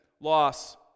loss